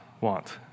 want